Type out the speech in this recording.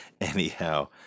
anyhow